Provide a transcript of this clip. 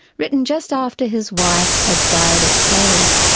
written just after his wife has died of plague.